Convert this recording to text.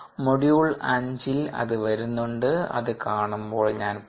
module 5 ൽ അത് വരുന്നുണ്ട് അത് കാണുമ്പോൾ ഞാൻ പറയും